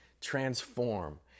transform